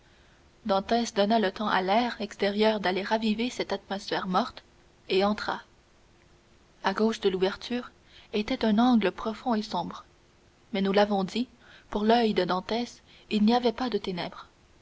première dantès donna le temps à l'air extérieur d'aller raviver cette atmosphère morte et entra à gauche de l'ouverture était un angle profond et sombre mais nous l'avons dit pour l'oeil de dantès il n'y avait pas de ténèbres